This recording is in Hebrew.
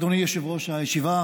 אדוני יושב-ראש הכנסת,